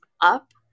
up